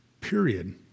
period